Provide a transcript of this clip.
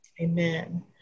Amen